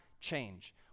Change